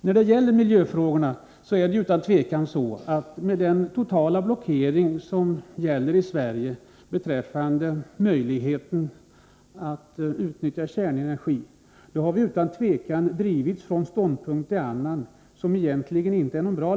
När det gäller miljöfrågorna är det utan tvivel så att vi, med den totala blockering som gäller i Sverige beträffande möjligheten att utnyttja kärnenergin, har drivits från en ståndpunkt till en annan och därmed till en lösning som egentligen inte är bra för oss.